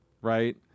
Right